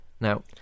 Now